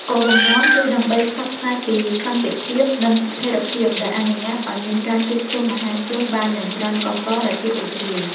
គោលបំណងគឺដើម្បីផ្សព្វផ្សាយពីសន្តិភាព និងស្ថិរភាពដែលអនុញ្ញាតឱ្យមានការជួបជុំមហាជនបានយ៉ាងច្រើនកុះករដោយភាពរីករាយ។